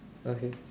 okay